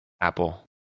apple